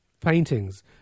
paintings